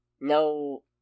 No